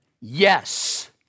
Yes